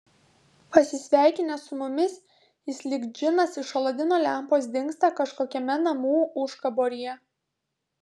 pasisveikinęs su mumis jis lyg džinas iš aladino lempos dingsta kažkokiame namų užkaboryje